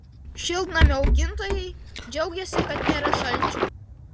šiltnamių augintojai džiaugiasi kad nėra šalčių